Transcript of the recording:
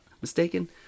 mistaken